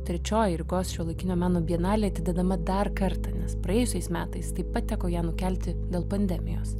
trečioji rygos šiuolaikinio meno bienalė atidedama dar kartą nes praėjusiais metais taip pat teko ją nukelti dėl pandemijos